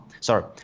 sorry